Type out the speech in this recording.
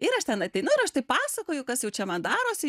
ir aš ten ateinu ir aš taip pasakoju kas jau čia man darosi